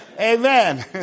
Amen